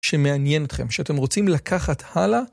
שמעניין אתכם, שאתם רוצים לקחת הלאה.